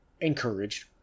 encouraged